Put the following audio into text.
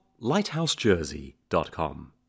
lighthousejersey.com